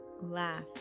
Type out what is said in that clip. laugh